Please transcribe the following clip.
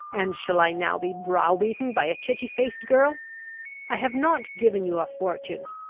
and shall i now be browbeaten by a chitty-faced girl i have not given you a fortune!